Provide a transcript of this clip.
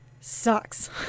sucks